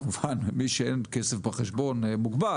כמובן שלמי שאין כסף בחשבון מוגבל,